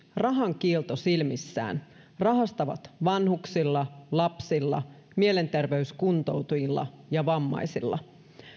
rahankiilto silmissään rahastavat vanhuksilla lapsilla mielenterveyskuntoutujilla ja vammaisilla